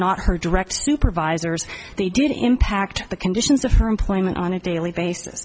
not her direct supervisors they didn't impact the conditions of her employment on a daily